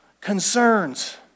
concerns